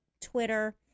Twitter